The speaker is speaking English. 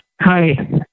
Hi